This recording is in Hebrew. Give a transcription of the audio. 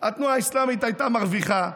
התנועה האסלאמית הייתה מרוויחה.